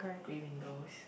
grey windows